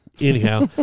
Anyhow